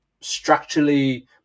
structurally